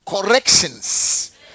corrections